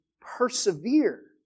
persevere